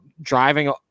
driving